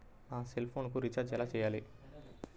నా సెల్ఫోన్కు రీచార్జ్ ఎలా చేయాలి?